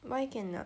why cannot